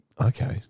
okay